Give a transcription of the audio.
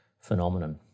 phenomenon